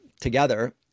together